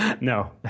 No